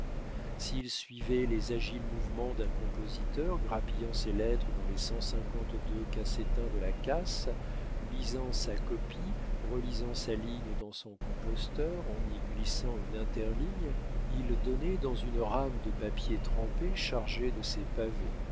s'ils suivaient les agiles mouvements d'un compositeur grapillant ses lettres dans les cent cinquante-deux cassetins de sa casse lisant sa copie relisant sa ligne dans son composteur en y glissant une interligne ils donnaient dans une rame de papier trempé chargée de ses pavés